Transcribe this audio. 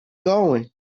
going